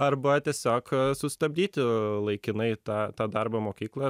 arba tiesiog sustabdyti laikinai tą tą darbą mokykloje